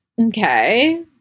Okay